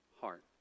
heart